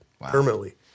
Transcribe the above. permanently